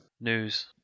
News